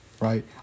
right